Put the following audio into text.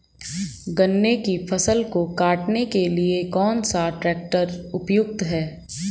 गन्ने की फसल को काटने के लिए कौन सा ट्रैक्टर उपयुक्त है?